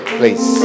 please